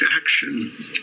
action